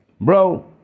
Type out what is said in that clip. Bro